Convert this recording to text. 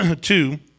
two